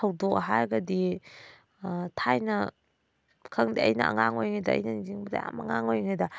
ꯊꯧꯗꯣꯛ ꯍꯥꯏꯔꯒꯗꯤ ꯊꯥꯏꯅ ꯈꯪꯗꯦ ꯑꯩꯅ ꯑꯉꯥꯡ ꯑꯣꯏꯔꯤꯉꯩꯗ ꯑꯩꯅ ꯅꯤꯡꯁꯤꯡꯕꯗ ꯌꯥꯝ ꯑꯉꯥꯡ ꯑꯣꯏꯔꯤꯉꯩꯗ